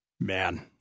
Man